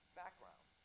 background